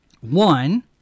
One